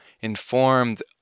informed